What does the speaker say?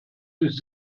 sich